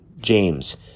James